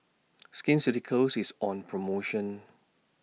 Skin Ceuticals IS on promotion